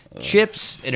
chips